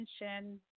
attention